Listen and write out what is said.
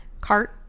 cart